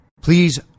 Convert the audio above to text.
Please